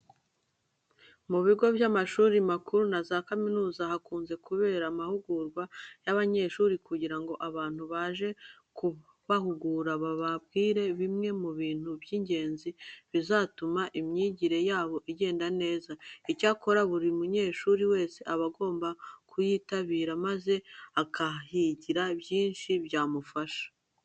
Mu bigo by'amashuri makuru na za kaminuza, hakunze kubera amahugurwa y'abanyeshuri kugira ngo abantu baje kubahugura bababwire bimwe mu bintu by'ingenzi bizatuma imyigire yabo igenda neza. Icyakora buri munyeshuri wese aba agomba kuyitabira maze akahigira byinshi byamufasha.